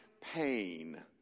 pain